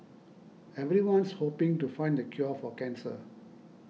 everyone's hoping to find the cure for cancer